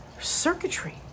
circuitry